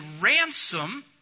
ransom